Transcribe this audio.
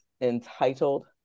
entitled